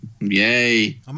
yay